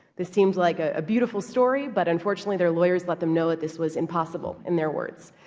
this seems like a beautiful story, but unfortunately their lawyers let them know that this was in possible, in their words.